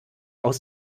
aus